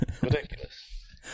Ridiculous